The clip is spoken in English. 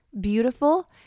beautiful